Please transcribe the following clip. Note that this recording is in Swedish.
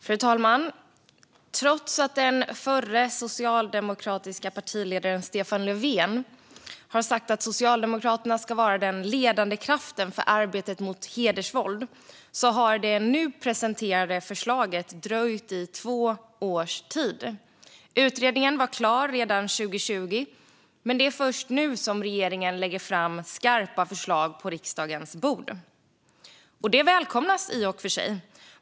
Fru talman! Trots att den förre socialdemokratiske partiledaren Stefan Löfven har sagt att Socialdemokraterna ska vara den ledande kraften för arbetet mot hedersvåld har det nu presenterade förslaget dröjt i två års tid. Utredningen var klar redan 2020, men det är först nu som regeringen lägger fram skarpa förslag på riksdagens bord. Och det välkomnas i och för sig.